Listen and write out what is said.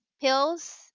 pills